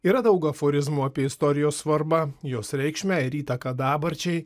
yra daug aforizmų apie istorijos svarbą jos reikšmę ir įtaką dabarčiai